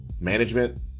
management